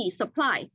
supply